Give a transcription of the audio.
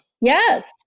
Yes